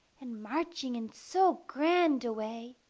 and marching in so grand a way,